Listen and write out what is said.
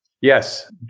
Yes